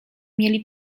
mieli